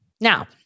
Now